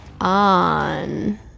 on